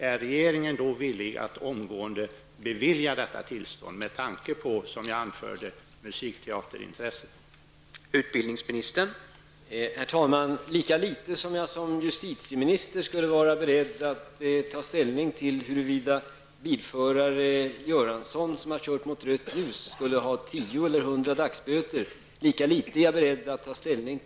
Är regeringen då villig att omgående bevilja detta tillstånd med tanke på det musikteaterintresse som jag tidigare anförde?